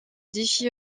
défi